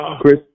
Chris